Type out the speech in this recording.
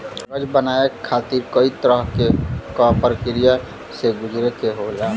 कागज बनाये खातिर कई तरह क परकिया से गुजरे के होला